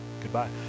Goodbye